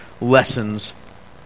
lessons